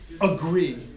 agree